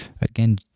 again